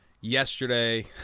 yesterday